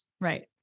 Right